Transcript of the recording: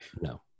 no